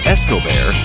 Escobar